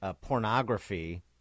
pornography